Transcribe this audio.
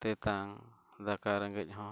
ᱛᱮᱛᱟᱝ ᱫᱟᱠᱟ ᱨᱮᱸᱜᱮᱡ ᱦᱚᱸ